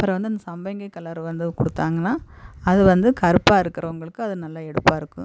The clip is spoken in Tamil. அப்புறம் வந்து அந்த சம்பங்கி கலரு வந்து கொடுத்தாங்கன்னா அது வந்து கருப்பாக இருக்கிறவங்களுக்கு அது நல்லா எடுப்பாக இருக்கும்